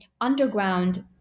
underground